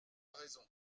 raison